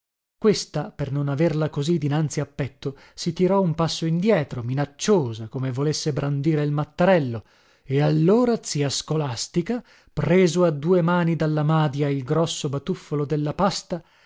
questa per non averla così dinanzi a petto si tirò un passo indietro minacciosa come volesse brandire il matterello e allora zia scolastica preso a due mani dalla madia il grosso batuffolo della pasta